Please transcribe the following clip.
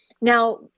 Now